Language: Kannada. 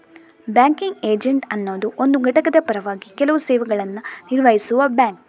ಬ್ಯಾಂಕಿಂಗ್ ಏಜೆಂಟ್ ಅನ್ನುದು ಒಂದು ಘಟಕದ ಪರವಾಗಿ ಕೆಲವು ಸೇವೆಗಳನ್ನ ನಿರ್ವಹಿಸುವ ಬ್ಯಾಂಕ್